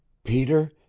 peter,